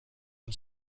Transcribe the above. une